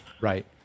Right